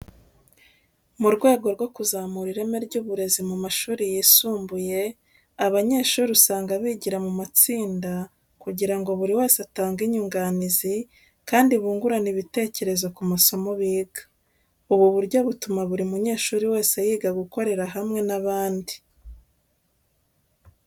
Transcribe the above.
Mu rwego rwo kuzamura ireme ry'uburezi mu mashuri yisumbuye, abanyeshuri usanga bigira mu matsinda kugira ngo buri wese atange inyunganizi, kandi bungurane ibitekerezo ku masomo biga. Ubu buryo butuma buri munyeshuri wese yiga gukorera hamwe n'abandi.